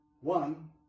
one